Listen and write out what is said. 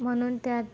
म्हणून त्यात